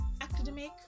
academic